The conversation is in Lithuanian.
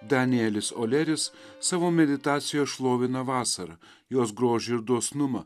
danielis oleris savo meditacija šlovina vasarą jos grožį ir dosnumą